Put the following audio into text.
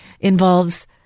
involves